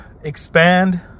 expand